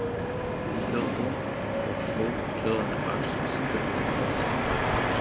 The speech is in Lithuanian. vis dėlto po šou kilo nemažas pasipiktinimas